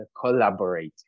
collaborating